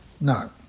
No